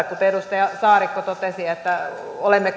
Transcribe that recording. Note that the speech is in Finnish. kuten edustaja saarikko totesi että olemme